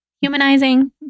humanizing